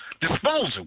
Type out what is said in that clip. disposal